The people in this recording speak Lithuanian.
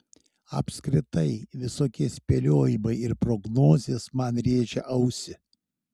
apskritai visokie spėliojimai ir prognozės man rėžia ausį